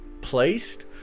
placed